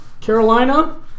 Carolina